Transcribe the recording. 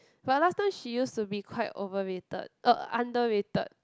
but last time she used to be quite overrated uh underrated